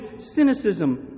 cynicism